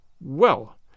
Well